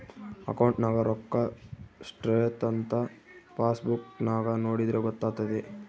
ಅಕೌಂಟ್ನಗ ರೋಕ್ಕಾ ಸ್ಟ್ರೈಥಂಥ ಪಾಸ್ಬುಕ್ ನಾಗ ನೋಡಿದ್ರೆ ಗೊತ್ತಾತೆತೆ